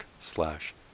slash